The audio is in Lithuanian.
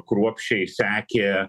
kruopščiai sekė